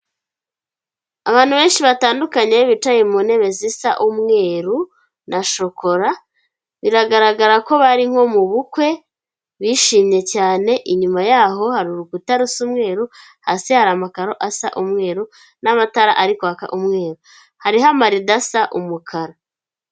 Abantu benshi batandukanye bicaye mu ntebe zisa umweru na shokora, biragaragara ko bari nko mu bukwe bishimye cyane, inyuma yaho hari urukuta rusa umweru, hasi hari amakaro asa umweru n'amatara ari kwaka umweru, hariho amarida asa umukara.